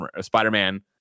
Spider-Man